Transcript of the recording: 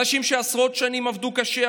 אנשים שעשרות שנים עבדו קשה,